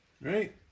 right